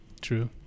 True